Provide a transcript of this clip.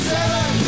Seven